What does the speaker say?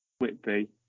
Whitby